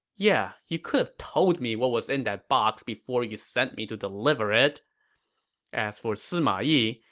yeah you could've told me what was in that box before you sent me to deliver it as for sima yi,